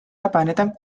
vabaneda